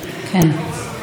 גברתי.